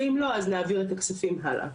ואם לא אז נעביר את הכספים הלאה.